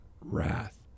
wrath